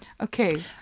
Okay